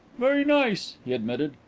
very nice, he admitted.